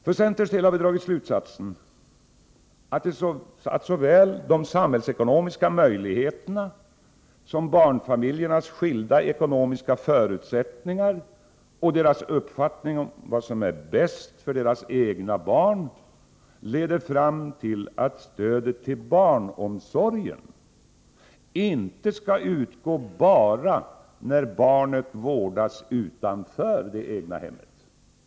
Vi i centern har dragit slutsatsen att såväl de samhällsekonomiska möjligheterna som barnfamiljernas skilda ekonomiska förutsättningar och deras uppfattning om vad som är bäst för deras egna barn leder fram till att stödet till barnomsorgen inte skall utgå bara när barnet vårdas utanför det egna hemmet.